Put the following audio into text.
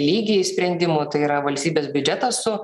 lygiai sprendimų tai yra valstybės biudžetas su